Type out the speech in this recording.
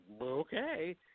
Okay